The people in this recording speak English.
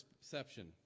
perception